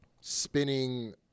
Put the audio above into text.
spinning